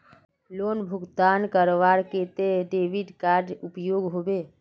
Loan भुगतान करवार केते डेबिट कार्ड उपयोग होबे?